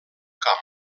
camp